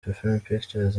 pictures